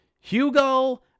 Hugo